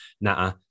Nah